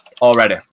already